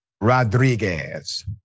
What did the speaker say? Rodriguez